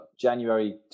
January